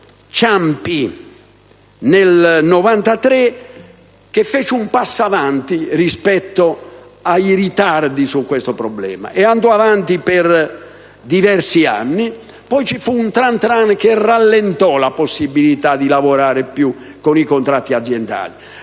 Ciampi nel 1993, che compì un passo avanti rispetto ai ritardi su questo problema, e andò avanti per diversi anni. Poi intervenne un tran tran che rallentò la possibilità di lavorare con i contratti aziendali.